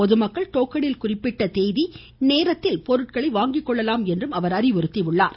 பொதுமக்கள் டோக்கனில் குறிப்பிட்ட தேதி நேரத்தில் பொருட்களை வாங்கி கொள்ளலாம் என்றார்